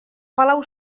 palau